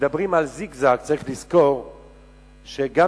וכשמדברים על זיגזג צריך לזכור שלפעמים גם